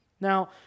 Now